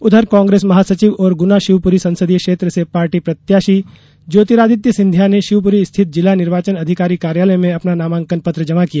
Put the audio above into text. उधर कांग्रेस महासचिव और गुना शिवपुरी संसदीय क्षेत्र से पार्टी प्रत्याशी ज्योतिर्रादित्य सिंधिया ने शिवपुरी स्थित जिला निर्वाचन अधिकारी कार्यालय में अपना नामाकंन पत्र जमा किया